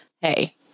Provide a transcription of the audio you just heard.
hey